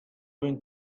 wind